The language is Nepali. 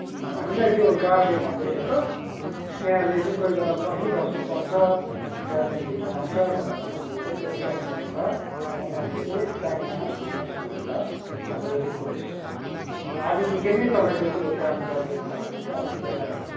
हामीलाई त्यो गार्डले भन्दैछ त स्नेहले चाहिँ कोही बेला पर्खिबस्नु पर्छ गार्जेन ढिलो आउँछ भनेर भन्दैछ त्यसकारणले गर्दा तपाईँले चाहिँ टाइममा आइदिनोस् भनेर हाम्रो रिक्वेस्ट छ आजदेखि नै तपाईँले त्यो काम गरिदिनु भयो भने चाहिँ अलिकति राम्रो हुन्छ